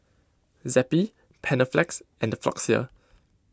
Zappy Panaflex and Floxia